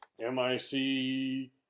M-I-C